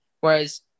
Whereas